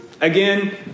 Again